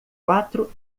quatro